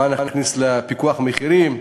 מה נכניס לפיקוח על המחירים.